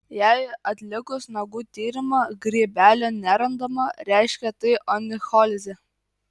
jei atlikus nagų tyrimą grybelio nerandama reiškia tai onicholizė